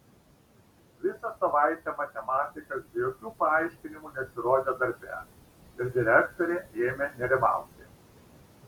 visą savaitę matematikas be jokių paaiškinimų nesirodė darbe ir direktorė ėmė nerimauti